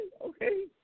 okay